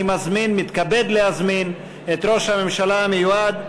אני מתכבד להזמין את ראש הממשלה המיועד,